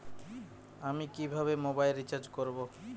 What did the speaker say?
আমি কিভাবে mobile recharge করব?